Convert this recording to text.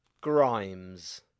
Grimes